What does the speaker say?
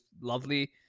lovely